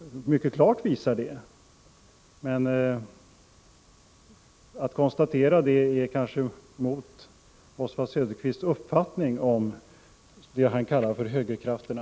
Men att konstatera det är kanske emot Oswald Söderqvists uppfattning om det som han kallar högerkrafterna.